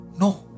No